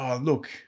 look